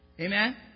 Amen